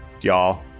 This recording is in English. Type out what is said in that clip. y'all